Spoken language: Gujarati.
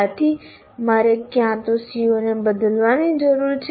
આથી મારે ક્યાં તો CO ને બદલવાની જરૂર છે